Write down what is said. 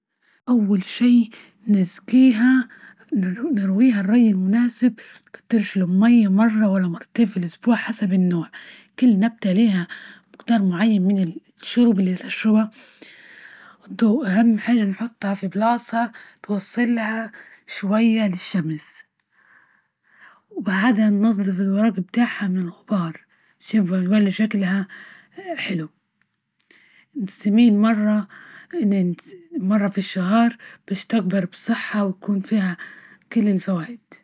أول شي نسقيها نرويها الري المناسب، نكترش لهم مي مرة ولا مرتين في الإسبوع، حسب النوع كل نبتة ليها مقدار معين من الشرب اللي تشربها، أهم حاجة نحطها في بلاصة توصل لها شوية للشمس، وبعدها ننظف الورق بتاعها من الغبار، شوفوا بالله شكلها حلو نسقيها مرة -مرة في الشهر، باش تكبر بصحة وتكون فيها كل الفوائد.